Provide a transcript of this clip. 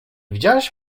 widziałaś